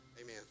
amen